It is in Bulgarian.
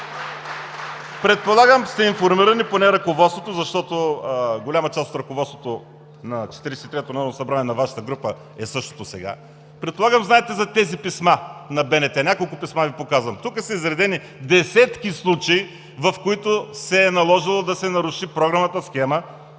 предполагам сте информирани, поне ръководството, защото голяма част от ръководството на Четиридесет и третото народно събрание, на Вашата група, е същото сега, предполагам, знаете за писмата на БНТ – няколко писма Ви показвам. Тук са изредени десетки случаи, в които се е наложило да се наруши програмната схема